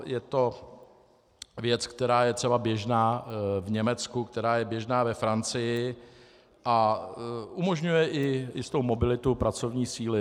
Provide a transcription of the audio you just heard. Je to věc, která je třeba běžná v Německu, která je běžná ve Francii a umožňuje i jistou mobilitu pracovní síly.